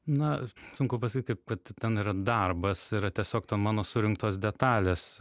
na sunku pasakyt kad ten yra darbas yra tiesiog mano surinktos detalės